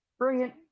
Brilliant